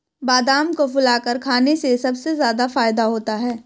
बादाम को फुलाकर खाने से सबसे ज्यादा फ़ायदा होता है